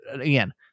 again